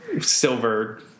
silver